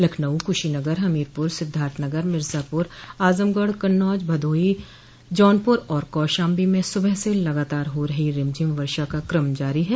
लखनऊ कुशीनगर हमीरपुर सिद्वार्थनगर मिर्जापुर आजमगढ़ कन्नौज भदोही जौनपुर और कौशाम्बी में सुबह से लगातार हो रही रिमझिम वर्षा का क्रम जारी है